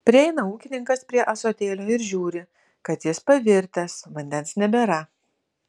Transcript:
prieina ūkininkas prie ąsotėlio ir žiūri kad jis pavirtęs vandens nebėra